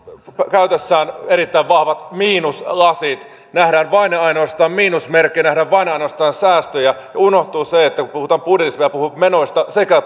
käytössään erittäin vahvat miinuslasit nähdään vain ja ainoastaan miinusmerkkejä nähdään vain ja ainoastaan säästöjä ja unohtuu se että kun puhutaan budjetista niin puhutaan menoista sekä